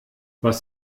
was